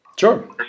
Sure